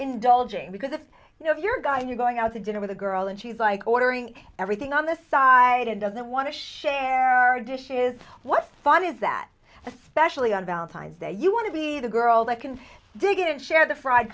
indulging because if you know if you're a guy and you're going out to dinner with a girl and she's like ordering everything on the side and doesn't want to share our dishes why fun is that especially on valentine's day you want to be the girl that can dig and share the fried